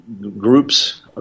groups